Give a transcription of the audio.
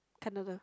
Canada